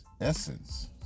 essence